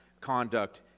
conduct